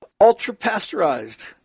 ultra-pasteurized